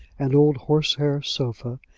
an old horsehair sofa,